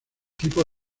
tipo